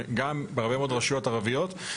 גם בהרבה מאוד רשויות ערביות,